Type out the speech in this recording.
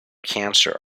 cancer